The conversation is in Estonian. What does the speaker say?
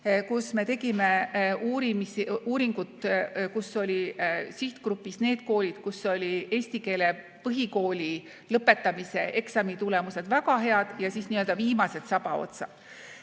Me tegime uuringu, kus olid sihtgrupis need koolid, kus olid eesti keele põhikooli lõpetamise eksamitulemused väga head, ja siis n-ö viimased sabaotsad.